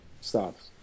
stops